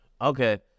Okay